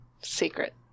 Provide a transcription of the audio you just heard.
Secret